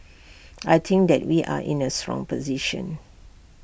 I think that we are in A strong position